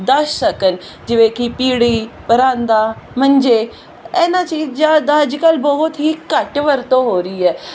ਦੱਸ ਸਕਣ ਜਿਵੇਂ ਕਿ ਪੀੜੀ ਪਰਾਂਦਾ ਮੰਜੇ ਇਹਨਾਂ ਚੀਜ਼ਾਂ ਦੀ ਅੱਜਕੱਲ੍ਹ ਬਹੁਤ ਹੀ ਘੱਟ ਵਰਤੋਂ ਹੋ ਰਹੀ ਹੈ